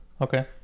Okay